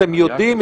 אתם יודעים,